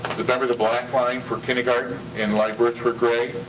the black line for kindergarten and live births were gray?